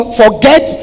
forget